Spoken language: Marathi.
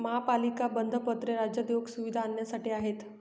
महापालिका बंधपत्रे राज्यात योग्य सुविधा आणण्यासाठी आहेत